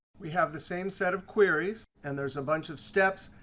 we have the same set of queries, and there's a bunch of steps.